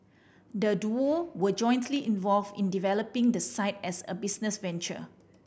the duo were jointly involved in developing the site as a business venture